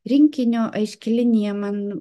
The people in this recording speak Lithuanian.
rinkinio aiški linija man